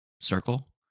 circle